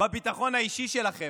בביטחון האישי שלכם?